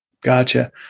Gotcha